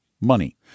money